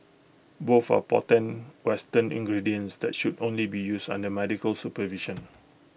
both are potent western ingredients that should only be used under medical supervision